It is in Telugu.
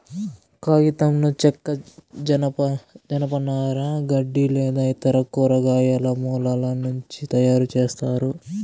కాగితంను చెక్క, జనపనార, గడ్డి లేదా ఇతర కూరగాయల మూలాల నుంచి తయారుచేస్తారు